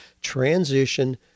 transition